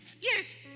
Yes